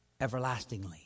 everlastingly